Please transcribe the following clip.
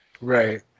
Right